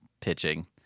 pitching